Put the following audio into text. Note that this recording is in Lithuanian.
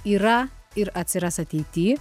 yra ir atsiras ateity